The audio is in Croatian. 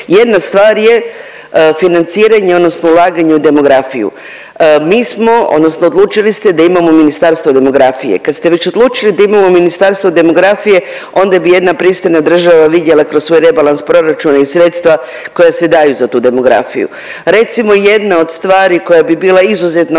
Jedna stvar je financiranje odnosno ulaganje u demografiju. Mi smo odnosno odlučili ste da imamo Ministarstvo demografije, kad ste već odlučili da imamo Ministarstvo demografije onda bi jedna pristojna država vidjela kroz svoj rebalans proračun i sredstva koja se daju za tu demografiju. Recimo jedna od stvari koja bi bila izuzetno